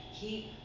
Keep